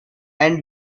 and